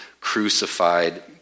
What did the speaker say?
crucified